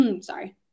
sorry